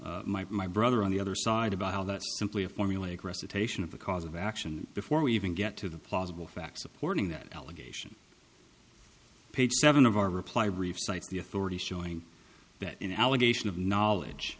from my brother on the other side about all that simply a formulaic recitation of the cause of action before we even get to the plausible facts supporting that allegation page seven of our reply brief cites the authority showing that an allegation of knowledge